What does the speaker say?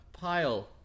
pile